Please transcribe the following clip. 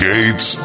Gates